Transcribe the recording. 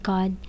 God